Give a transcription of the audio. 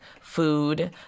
food